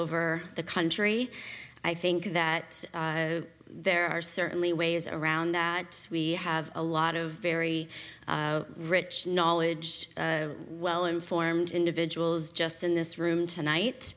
over the country i think that there are certainly ways around that we have a lot of very rich knowledge well informed individuals just in this room tonight